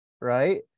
right